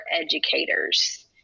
educators